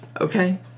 Okay